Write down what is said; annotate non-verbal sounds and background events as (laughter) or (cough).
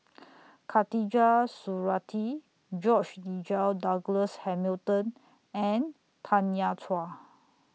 (noise) Khatijah Surattee George Nigel Douglas Hamilton and Tanya Chua